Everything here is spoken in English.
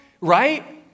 Right